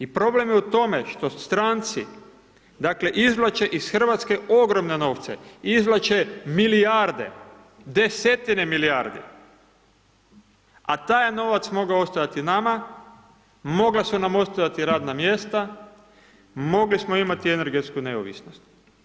I problem je u tome što stranci dakle izvlače iz Hrvatske ogromne novce, izvlače milijarde, desetine milijardi a taj je novac mogao ostati nama, mogla su nam ostati radna mjesta, mogli smo imati energetsku neovisnost.